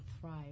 thrive